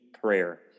prayer